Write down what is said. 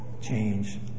change